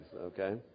okay